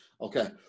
Okay